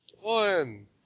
One